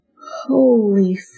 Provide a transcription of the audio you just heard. Holy